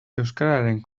euskararen